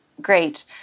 great